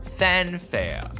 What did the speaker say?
fanfare